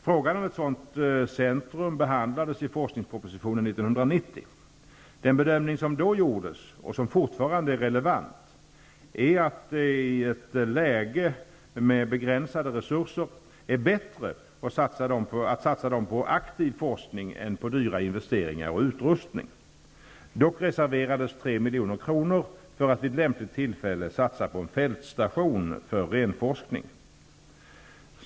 Frågan om ett sådant centrum behandlades i forskningspropositionen 1990. Den bedömning som då gjordes och som fortfarande är relevant är att det i ett läge med begränsade resurser är bättre att satsa dem på aktiv forskning än på dyra investeringar och utrustning. Dock reserverades 3 milj.kr. för att vid lämpligt tillfälle satsa på en fältstation för renforskning.